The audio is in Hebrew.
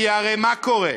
כי הרי מה קורה?